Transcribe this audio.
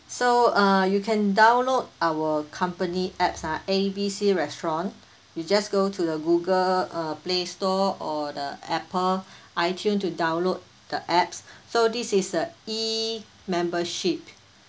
so uh you can download our company apps ah A B C restaurant you just go to the google uh play store or the Apple iTunes to download the apps so this is a E_membership